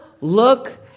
look